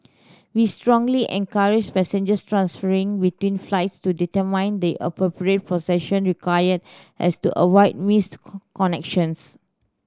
we strongly encourage passengers transferring between flights to determine the appropriate procession required as to avoid missed connections